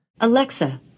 Alexa